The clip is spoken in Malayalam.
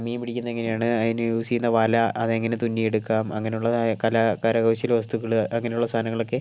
മീൻ പിടിക്കുന്നതെങ്ങനെയാണ് അതിനു യൂസ് ചെയ്യുന്ന വല അതെങ്ങനെ തുന്നിയെടുക്കാം അങ്ങനെയുള്ള കലാ കരകൗശലവസ്തുക്കൾ അങ്ങനെയുള്ള സാധനങ്ങളൊക്കെ